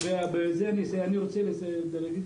אני רוצה לסיים ולהגיד